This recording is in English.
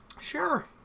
Sure